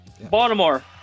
baltimore